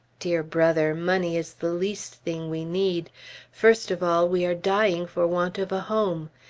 dear brother, money is the least thing we need first of all, we are dying for want of a home.